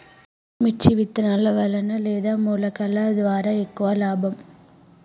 మిర్చి విత్తనాల వలన లేదా మొలకల ద్వారా ఎక్కువ లాభం?